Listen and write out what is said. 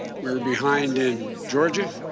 we were behind in georgia.